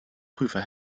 prüfer